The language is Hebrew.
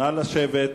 נא לשבת.